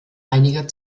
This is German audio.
einiger